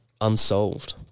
unsolved